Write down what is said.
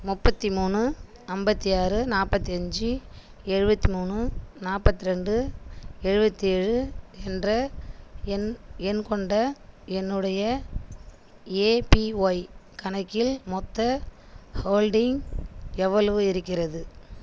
முப்பத்தி மூணு ஐம்பத்தி ஆறு நாற்பத்தி அஞ்சு எழுபத்தி மூணு நாற்பத்தி ரெண்டு எழுபத்தி ஏழு என்ற எண் எண் கொண்ட என்னுடைய ஏபிஒய் கணக்கில் மொத்த ஹோல்டிங் எவ்வளவு இருக்கிறது